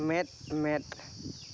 ᱢᱮᱸᱫᱼᱢᱮᱸᱫ